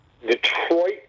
Detroit